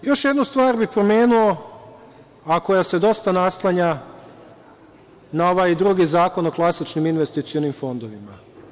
Još jednu stvar bih pomenuo, a koja se dosta naslanja na ovaj drugi Zakon o klasičnim investicionim fondovima.